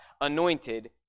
anointed